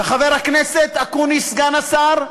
וחבר הכנסת אקוניס, סגן השר,